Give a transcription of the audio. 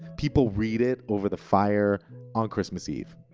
people read it over the fire on christmas eve.